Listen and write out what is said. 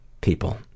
people